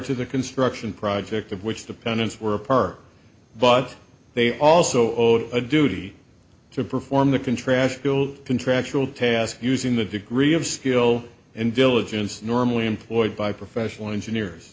to the construction project of which the pennants were a part but they also owed a duty to perform the contrast build contractual task using the degree of skill and diligence normally employed by professional engineers